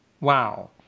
Wow